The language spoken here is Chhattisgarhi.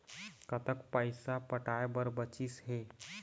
कतक पैसा पटाए बर बचीस हे?